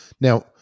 Now